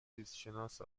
زیستشناس